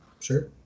sure